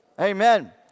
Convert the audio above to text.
Amen